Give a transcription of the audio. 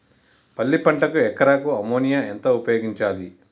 పల్లి పంటకు ఎకరాకు అమోనియా ఎంత ఉపయోగించాలి?